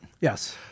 Yes